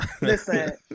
Listen